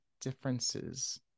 differences